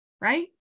Right